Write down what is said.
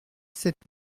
sept